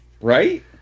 right